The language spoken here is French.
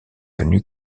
connu